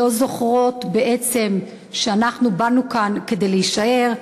לא זוכרות בעצם שאנחנו באנו לכאן כדי להישאר.